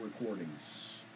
recordings